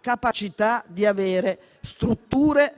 capacità di avere strutture,